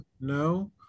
no